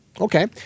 Okay